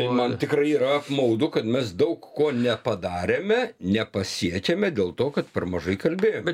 man tikrai yra apmaudu kad mes daug ko nepadarėme nepasiekėme dėl to kad per mažai kalbėjome